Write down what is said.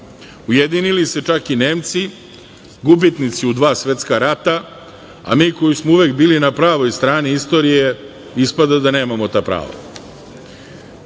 Ujedinili se čak i Nemci, gubitnici u dva svetska rata, a mi koji smo uvek bili na pravoj strani istorije ispada da nemamo ta prava. Imamo